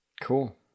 Cool